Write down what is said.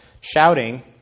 shouting